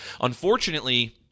unfortunately